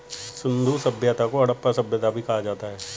सिंधु सभ्यता को हड़प्पा सभ्यता भी कहा जाता है